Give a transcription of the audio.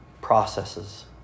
processes